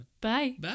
Bye